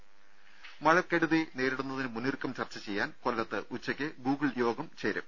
ദേഴ മഴക്കെടുതി നേരിടുന്നതിന് മുന്നൊരുക്കം ചർച്ചചെയ്യാൻ കൊല്ലത്ത് ഉച്ചക്ക് ഗൂഗിൾയോഗം ചേരും